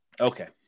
Okay